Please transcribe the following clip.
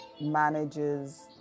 manages